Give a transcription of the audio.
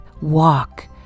walk